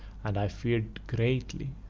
and i feared greatly,